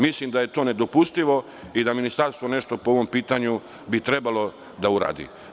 Mislim da je to nedopustivo i da Ministarstvo nešto po ovom pitanju treba da uradi.